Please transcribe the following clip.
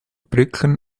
brücken